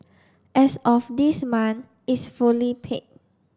as of this month is fully paid